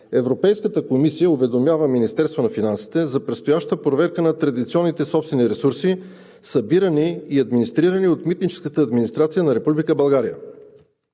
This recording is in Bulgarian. Европейската комисия уведомява Министерството на финансите за предстояща проверка на традиционните собствени ресурси, събирани и администрирани от митническата администрация на Република България.